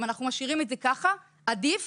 אם אנחנו משאירים את זה כך, עדיף